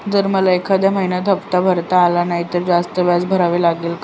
जर मला एखाद्या महिन्यात हफ्ता भरता आला नाही तर जास्त व्याज भरावे लागेल का?